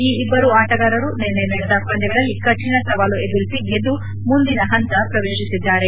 ಈ ಇಬ್ಬರು ಆಟಗಾರರು ನಿನ್ನೆ ನಡೆದ ಪಂದ್ಯಗಳಲ್ಲಿ ಕರಿಣ ಸವಾಲು ಎದುರಿಸಿ ಗೆದ್ದು ಮುಂದಿನ ಹಂತ ಪ್ರವೇಶಿಸಿದ್ದಾರೆ